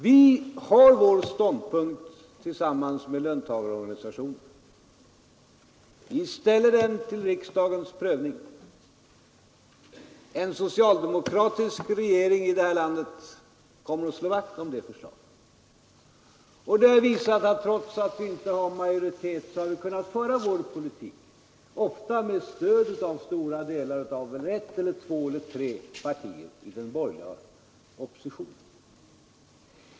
Vi har vår ståndpunkt tillsammans med löntagarorganisationerna. Vi underställer den riksdagens prövning. En socialdemokratisk regering i det här landet kommer att slå vakt om det förslaget. Vi har visat att vi, trots att vi inte har majoritet, kunnat föra vår politik — ofta med stöd av stora delar av ett, två eller tre partier i den borgerliga oppositionen.